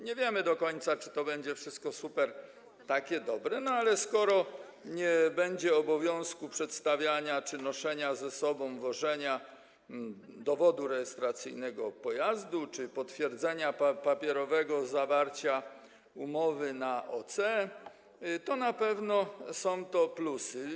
Nie wiemy do końca, czy to wszystko będzie takie dobre, super, ale skoro nie będzie obowiązku przedstawiania, noszenia ze sobą, wożenia dowodu rejestracyjnego pojazdu, potwierdzenia papierowego zawarcia umowy OC, to na pewno są to plusy.